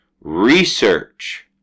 Research